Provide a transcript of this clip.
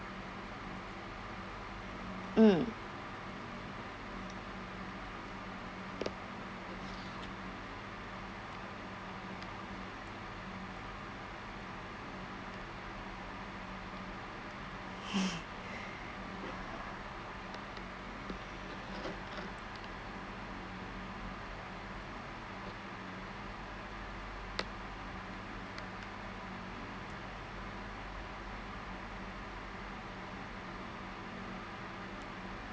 mm